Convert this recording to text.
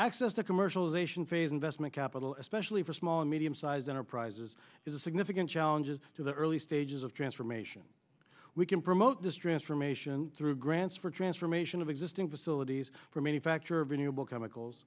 access to commercialization phase investment capital especially for small and medium sized enterprises is a significant challenge is to the early stages of transformation we can promote this transformation through grants for transformation of existing facilities for manufacture of nubile chemicals